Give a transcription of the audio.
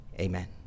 amen